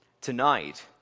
Tonight